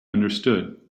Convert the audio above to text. understood